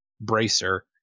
bracer